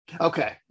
okay